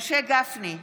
משה גפני,